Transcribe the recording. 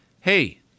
Hey